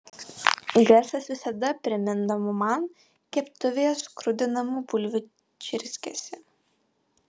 garsas visada primindavo man keptuvėje skrudinamų bulvių čirškesį